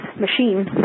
machine